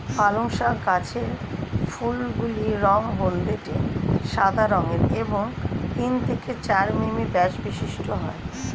পালং শাক গাছের ফুলগুলি রঙ হলদেটে সাদা রঙের এবং তিন থেকে চার মিমি ব্যাস বিশিষ্ট হয়